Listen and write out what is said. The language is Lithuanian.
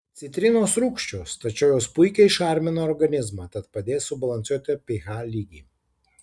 citrinos rūgščios tačiau jos puikiai šarmina organizmą tad padės subalansuoti ph lygį